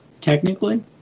technically